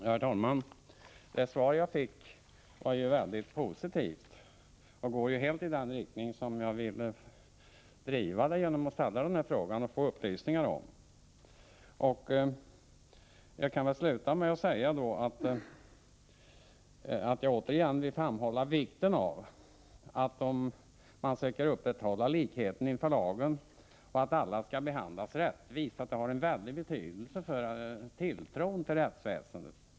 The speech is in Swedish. Herr talman! Det svar jag fick var mycket positivt och går helt i den riktning som jag ville driva ärendet genom att ställa den här frågan och be om upplysningar. Jag vill återigen framhålla att om man söker upprätthålla likheten inför lagen och anser att alla skall behandlas rättvist har detta stor betydelse för tilltron till rättsväsendet.